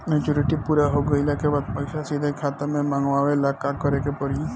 Maturity पूरा हो गइला के बाद पईसा सीधे खाता में मँगवाए ला का करे के पड़ी?